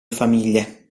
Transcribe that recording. famiglie